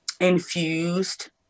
infused